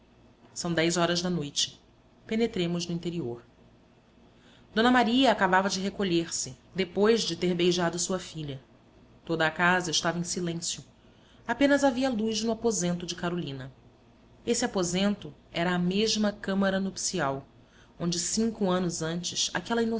são dez horas da noite penetremos no interior d maria acabava de recolher-se depois de ter beijado sua filha toda a casa estava em silêncio apenas havia luz no aposento de carolina esse aposento era a mesma câmara nupcial onde cinco anos antes aquela